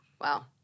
Wow